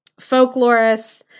folklorists